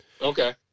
Okay